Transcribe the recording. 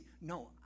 No